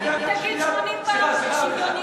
גם אם תגיד 80 פעם שזה שוויוני,